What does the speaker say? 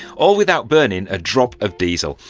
all without burning a drop of diesel.